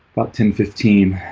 about ten fifteen.